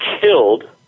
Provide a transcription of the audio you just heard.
killed